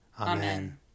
Amen